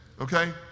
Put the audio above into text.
Okay